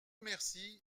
merci